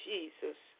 Jesus